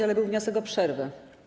Ale był wniosek o przerwę.